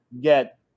get